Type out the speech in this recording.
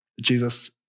Jesus